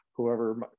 whoever